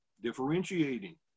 Differentiating